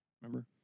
remember